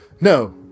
no